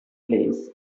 place